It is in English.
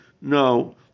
no